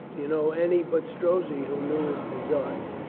do you know any but strozzi who knew his de sign?